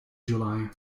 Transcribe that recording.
july